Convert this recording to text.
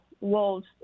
wolves